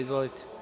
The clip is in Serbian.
Izvolite.